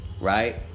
right